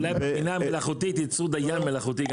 אולי בבינה מלאכותית ייצרו דיין מלאכתו.